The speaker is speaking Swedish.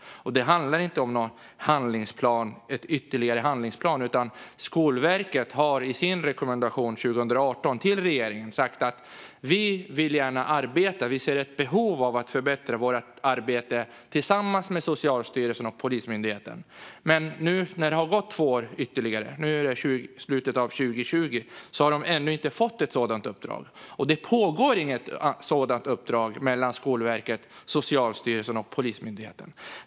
Det handlar inte om någon ytterligare handlingsplan, utan Skolverket har i sin rekommendation 2018 till regeringen sagt: Vi vill gärna arbeta, och vi ser ett behov av att förbättra vårt arbete tillsammans med Socialstyrelsen och Polismyndigheten. Men nu, när det har gått ytterligare två år och vi är i slutet av 2020, har de ännu inte fått ett sådant uppdrag. Det pågår inget sådant uppdrag mellan Skolverket, Socialstyrelsen och Polismyndigheten.